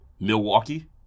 Milwaukee